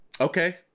Okay